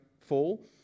fall